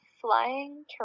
flying